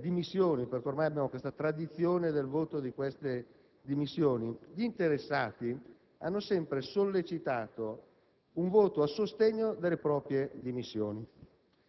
dimissioni - perché ormai abbiamo questa tradizione del voto sulle dimissioni - gli interessati hanno sempre sollecitato un voto a sostegno delle proprie dimissioni.